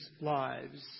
lives